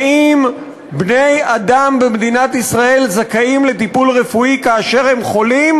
האם בני-אדם במדינת ישראל זכאים לטיפול רפואי כאשר הם חולים,